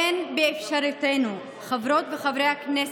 אין באפשרותנו, חברי הכנסת,